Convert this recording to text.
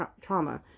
trauma